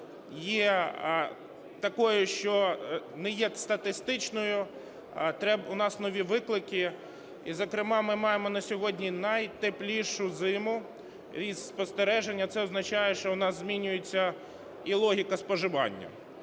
є такою, що не є статистичною, у нас нові виклики. І, зокрема, ми маємо на сьогодні найтеплішу зиму, із спостережень. А це означає, що у нас змінюється і логіка споживання.